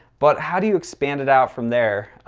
but how do you expand it out from there?